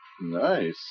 Nice